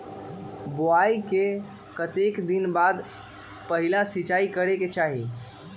बोआई के कतेक दिन बाद पहिला सिंचाई करे के चाही?